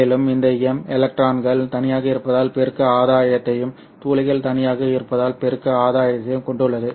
மேலும் இந்த M எலக்ட்ரான்கள் தனியாக இருப்பதால் பெருக்க ஆதாயத்தையும் துளைகள் தனியாக இருப்பதால் பெருக்க ஆதாயத்தையும் கொண்டுள்ளது